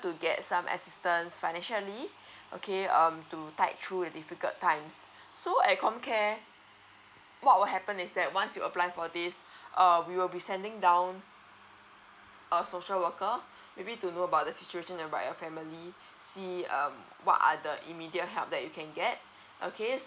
get some assistance financially okay um too tight through difficult times so at com care what will happen is that once you apply for this uh we will be sending down uh social worker maybe to know about the situation about your family see um what are the immediate help that you can get okay